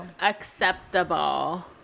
Acceptable